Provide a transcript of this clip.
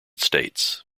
states